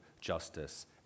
justice